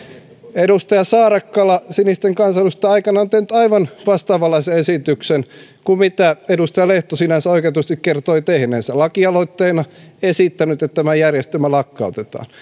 edustaja saarakkala sinisten kansanedustaja aikanaan on tehnyt aivan vastaavanlaisen esityksen kuin mitä edustaja lehto sinänsä oikeutetusti kertoi tehneensä lakialoitteena esittänyt että tämä järjestelmä lakkautetaan